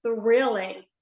thrilling